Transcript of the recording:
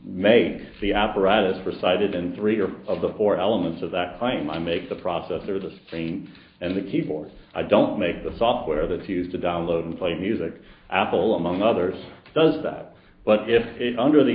make the apparatus for sided and three or four of the four elements of that i am i make the processor the same and the keyboard i don't make the software that's used to download and play music apple among others does that but if under the